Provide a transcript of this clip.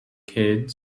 kids